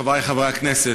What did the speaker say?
חברי חברי הכנסת,